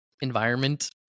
environment